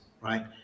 right